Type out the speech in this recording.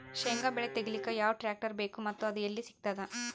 ಶೇಂಗಾ ಬೆಳೆ ತೆಗಿಲಿಕ್ ಯಾವ ಟ್ಟ್ರ್ಯಾಕ್ಟರ್ ಬೇಕು ಮತ್ತ ಅದು ಎಲ್ಲಿ ಸಿಗತದ?